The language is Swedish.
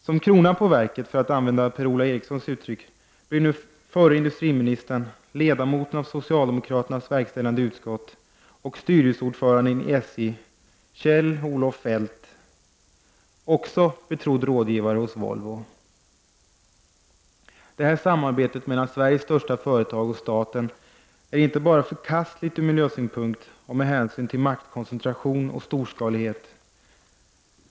Som kronan på verket, för att använda Per-Ola Erikssons uttryck, blir nu förre finansministern, ledamoten av socialdemokraternas verkställande ut Det här samarbetet mellan Sveriges största företag och staten är inte bara förkastligt ur miljösynpunkt och med hänsyn till maktkoncentration och storskalighet.